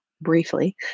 briefly